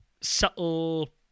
subtle